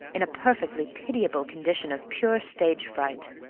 in a perfectly pitiable condition of pure stage-fright.